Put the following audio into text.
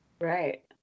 Right